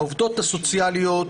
העובדות הסוציאליות